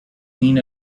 queen